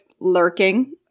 lurking